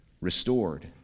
restored